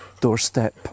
doorstep